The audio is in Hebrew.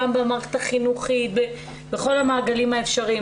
גם במערכת החינוכית, בכל המעגלים האפשריים.